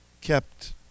kept